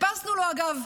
אגב,